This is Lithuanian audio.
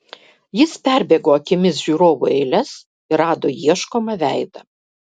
jis perbėgo akimis žiūrovų eiles ir rado ieškomą veidą